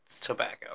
tobacco